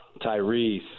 Tyrese